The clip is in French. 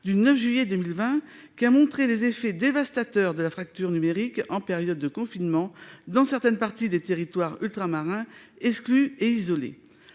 le 9 juillet 2020, qui a montré les effets dévastateurs de la fracture numérique en période de confinement dans certaines parties, exclues et isolées,